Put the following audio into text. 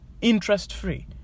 interest-free